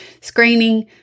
screening